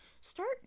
start